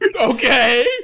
Okay